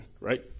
right